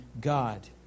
God